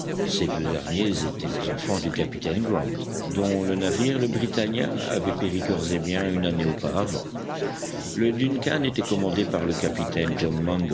ces deux derniers étaient les enfants du capitaine grant dont le navire le britannia avait péri corps et biens une année auparavant le duncan était commandé par le capitaine